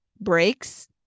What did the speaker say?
breaks